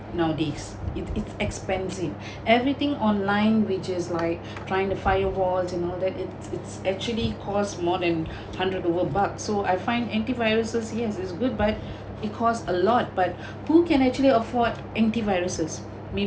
nowadays it's it's expensive everything online which is like trying to firewalls you know that it's it's actually costs more than hundred over bucks so I find anti-viruses yes it's good but it costs a lot but who can actually afford anti-viruses